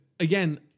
Again